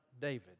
David